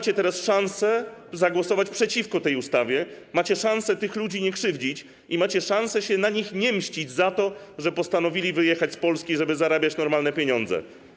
I teraz macie szansę zagłosować przeciwko tej ustawie, macie szansę tych ludzi nie krzywdzić i macie szansę się na nich nie mścić za to, że postanowili wyjechać z Polski, żeby zarabiać normalne pieniądze.